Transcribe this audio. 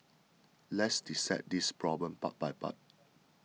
let's dissect this problem part by part